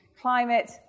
climate